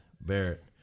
Barrett